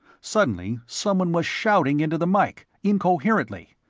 suddenly someone was shouting into the mike, incoherently.